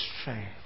strength